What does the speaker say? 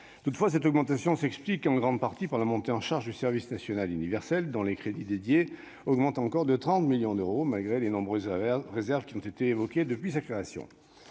Toutefois, cette augmentation s'explique en grande partie par la montée en charge du service national universel, dont les crédits dédiés augmentent encore de 30 millions d'euros, malgré les nombreuses réserves émises depuis sa création.